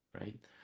right